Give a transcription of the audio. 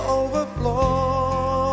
overflow